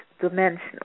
dimensional